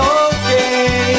okay